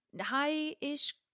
high-ish